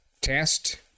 test